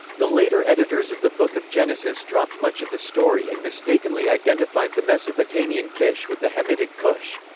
the later editors of the book of genesis dropped much of the story and mistakenly identified the mesopotamian kish with the hamitic cush.